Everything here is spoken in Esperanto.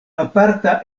aparta